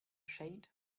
shade